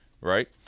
right